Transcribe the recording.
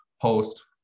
post